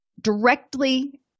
directly